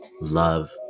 love